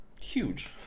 Huge